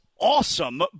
Awesome